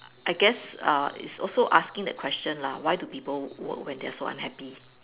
I guess uh is also asking that question lah why do people work when they're so unhappy